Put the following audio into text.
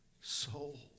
soul